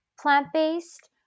plant-based